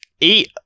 eat